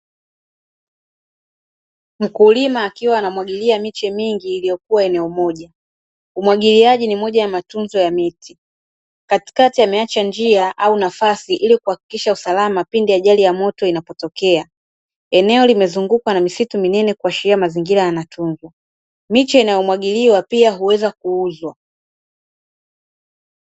Mkulima akiwa anamwagilia miche mingi iliyokua eneo moja. Umwagiliaji ni moja ya matunzo ya miti. Katikati ameacha njia au nafasi ili kuhakikisha usalama pindi ajali ya moto inapotokea. Eneo limezungukwa na misitu minene kuashiria mazingira yanatunzwa. Miche inayomwagiliwa pia huweza kuuzwa.